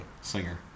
singer